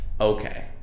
Okay